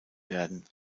werden